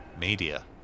media